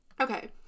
Okay